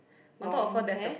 long hair